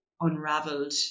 unraveled